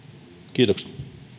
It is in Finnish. kiitokset